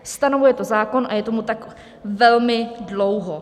Stanovuje to zákon, a je tomu tak velmi dlouho.